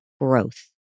growth